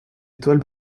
étoile